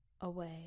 away